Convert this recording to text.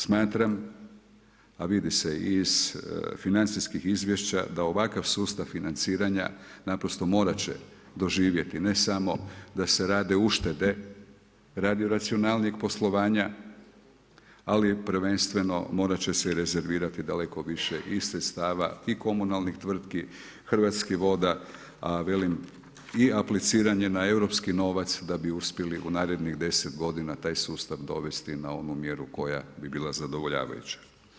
Smatram, a vidi se iz financijskih izvješća da ovakav sustav financiranja naprosto morat će doživjeti ne samo da se rade uštede radi racionalnijeg poslovanja, ali prvenstveno morat će se i rezervirati daleko više i sredstava i komunalnih tvrtki, Hrvatskih voda, a velim i apliciranje na europski novac da bi uspjeli u narednih deset godina taj sustav dovesti na onu mjeru koja bi bila zadovoljavajuća.